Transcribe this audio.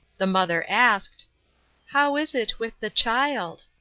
the mother asked how is it with the child?